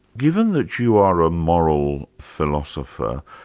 given that you are a moral philosopher,